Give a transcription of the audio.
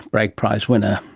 bragg prize-winner,